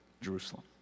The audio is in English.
Jerusalem